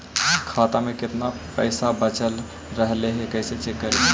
खाता में केतना पैसा बच रहले हे कैसे चेक करी?